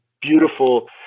beautiful